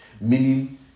Meaning